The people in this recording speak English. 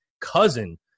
cousin